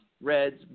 Reds